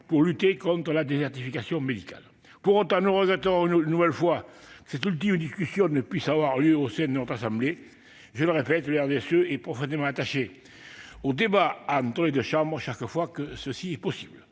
pour lutter contre la désertification médicale. Pour autant, nous regrettons une nouvelle fois que cette ultime discussion ne puisse avoir lieu au sein de notre assemblée. Je le répète, le RDSE est profondément attaché au débat entre les deux chambres, à chaque fois que cela est possible.